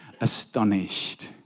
astonished